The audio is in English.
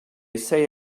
say